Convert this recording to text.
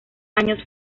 años